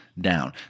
down